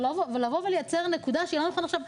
אבל לבוא ולייצר נקודה שלא נוכל עכשיו,